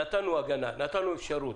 נתנו הגנה, נתנו אפשרות.